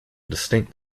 distinct